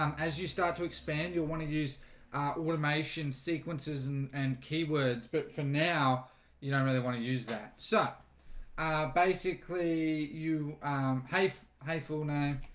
um as you start to expand you'll want to use automation sequences and and keywords, but from now you don't really want to use that so basically, you have a full name.